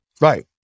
Right